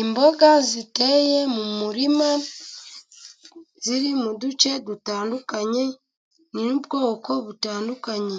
Imboga ziteye mu murima ziri mu duce dutandukanye n'ubwoko butandukanye,